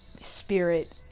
spirit